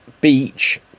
beach